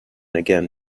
again